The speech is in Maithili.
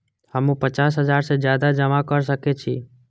हमू पचास हजार से ज्यादा जमा कर सके छी?